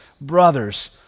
brothers